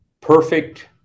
perfect